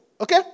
okay